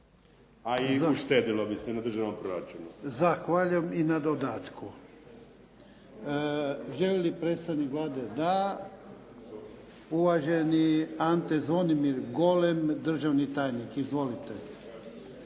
A i uštedilo bi se na državnom proračunu. **Jarnjak, Ivan (HDZ)** Zahvaljujem i na dodatku. Želi li predstavnik Vlade? Da. Uvaženi Ante Zvonimir Golem, državni tajnik. Izvolite.